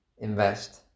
Invest